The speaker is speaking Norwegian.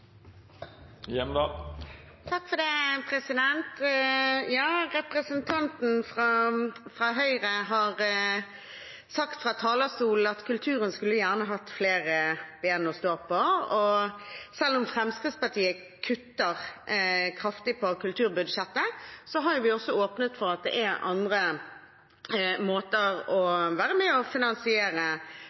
Representanten fra Høyre har sagt fra talerstolen at kulturen skulle gjerne hatt flere ben å stå på. Selv om Fremskrittspartiet kutter kraftig i kulturbudsjettet, har vi jo også åpnet for at det er andre måter å være med på å finansiere